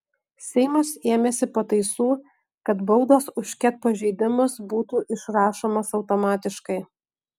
seimas ėmėsi pataisų kad baudos už ket pažeidimus būtų išrašomos automatiškai